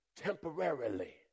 temporarily